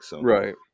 Right